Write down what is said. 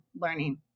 learning